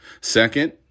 Second